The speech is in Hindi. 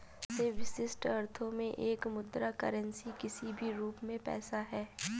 सबसे विशिष्ट अर्थों में एक मुद्रा करेंसी किसी भी रूप में पैसा है